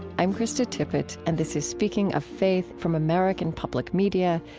i'm krista tippett, and this is speaking of faith from american public media,